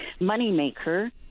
moneymaker